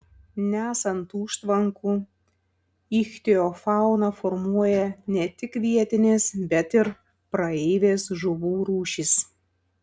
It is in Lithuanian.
nesant užtvankų ichtiofauną formuoja ne tik vietinės bet ir praeivės žuvų rūšys